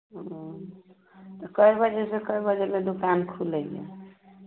ओ तऽ कए बजेसँ कए बजे दुकान खुलैए